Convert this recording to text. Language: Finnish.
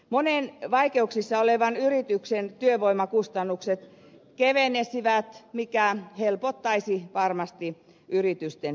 monen vaikeuksissa olevan yrityksen työvoimakustannukset kevenisivät mikä helpottaisi varmasti yritysten irtisanomispainetta